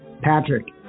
Patrick